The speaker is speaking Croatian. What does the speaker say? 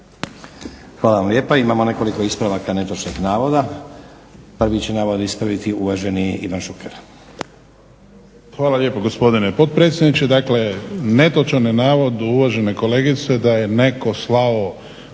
Hvala vam lijepa. Imamo nekoliko ispravaka netočnih navoda. Prvi će navod ispraviti uvaženi Ivan Šuker. **Šuker, Ivan (HDZ)** Hvala lijepo gospodine potpredsjedniče. Dakle, netočan je navod uvažene kolegice da je nek slao